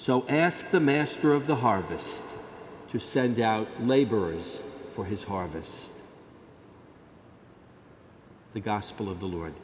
so ask the master of the harvest to send out laborers for his harvest the gospel of the lord